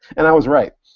and i was right.